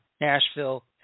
Nashville